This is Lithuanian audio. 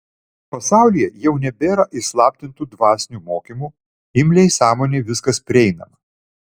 pasaulyje jau nebėra įslaptintų dvasinių mokymų imliai sąmonei viskas prieinama